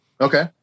Okay